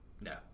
no